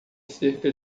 cerca